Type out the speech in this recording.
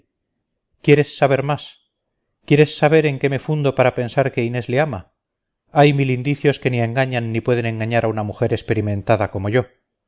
quieres saber más quieres saber en qué me fundo para pensar que inés le ama hay mil indicios que ni engañan ni pueden engañar a una mujer experimentada como yo